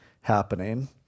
happening